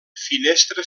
finestra